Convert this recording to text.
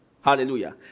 Hallelujah